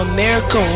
America